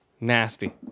Nasty